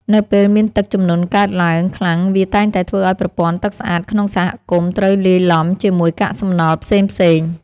នៅពេលមានទឹកជំនន់កើតឡើងខ្លាំងវាតែងតែធ្វើឱ្យប្រព័ន្ធទឹកស្អាតក្នុងសហគមន៍ត្រូវលាយឡំជាមួយកាកសំណល់ផ្សេងៗ។